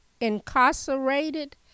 incarcerated